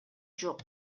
жок